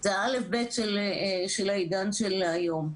זה ה-א'-ב' של העידן של היום.